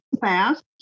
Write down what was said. fast